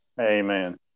Amen